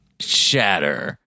Shatter